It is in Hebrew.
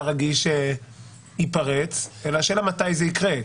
רגיש ייפרץ אלא השאלה מתי זה יקרה,